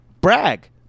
brag